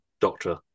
doctor